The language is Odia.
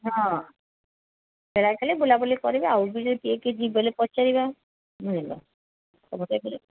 ହଁ ସେ ଆସିଲେ ବୁଲାବୁଲି କରିବେ ଆଉ ବୁଲି କିଏ କିଏ ଯିବେ ପଚାରିବା ମିଳିବ ସମସ୍ତେ ଗଲେ